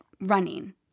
running